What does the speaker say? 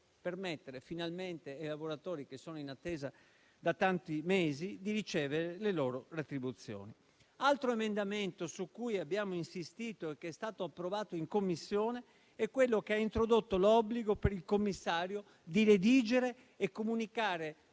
permettere, finalmente, ai lavoratori che sono in attesa da tanti mesi di ricevere le loro retribuzioni. Altro emendamento su cui abbiamo insistito e che è stato approvato in Commissione è quello che ha introdotto l'obbligo per il commissario di redigere e comunicare